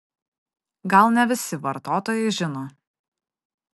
gal ne visi vartotojai žino